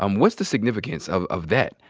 um what's the significance of of that?